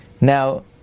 Now